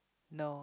no